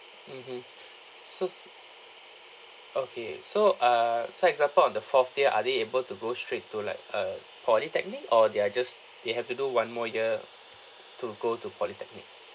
mmhmm so okay so uh so example on the fourth year are they able to go straight to like a polytechnic or they're just they have to do one more year to go to polytechnic